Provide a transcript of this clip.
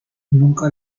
nunca